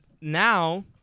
now